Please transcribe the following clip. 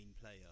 player